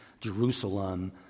Jerusalem